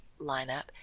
lineup